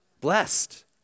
Blessed